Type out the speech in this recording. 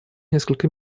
несколько